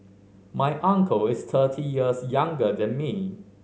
my uncle is thirty years younger than me